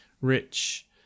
rich